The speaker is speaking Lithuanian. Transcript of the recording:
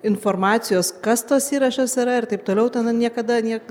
informacijos kas tas įrašas yra ir taip toliau tada niekada niek